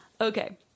Okay